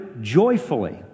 joyfully